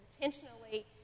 intentionally